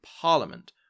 Parliament